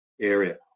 area